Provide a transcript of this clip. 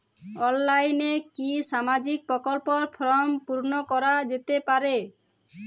অনলাইনে কি সামাজিক প্রকল্পর ফর্ম পূর্ন করা যেতে পারে?